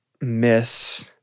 miss